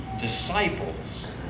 disciples